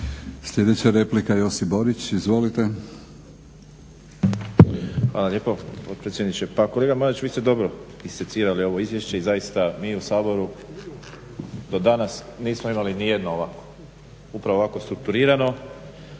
Sljedeća replika, Josip Borić. **Borić,